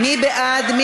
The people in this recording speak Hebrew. מי בעד?